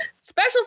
special